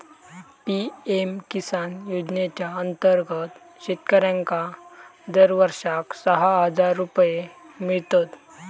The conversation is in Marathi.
पी.एम किसान योजनेच्या अंतर्गत शेतकऱ्यांका दरवर्षाक सहा हजार रुपये मिळतत